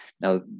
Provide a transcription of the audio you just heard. Now